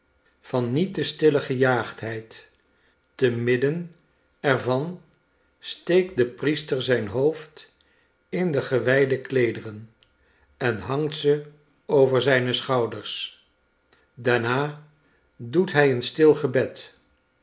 van niet te stillen gejaagdheid te midden er van steektde priester zijn hoofd in degewijde kleederen en hangt ze over zijne schouders daarna doet hij een stil gebed